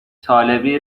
طالبی